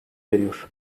veriyor